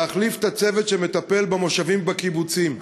להחליף את הצוות שמטפל במושבים ובקיבוצים.